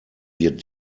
wir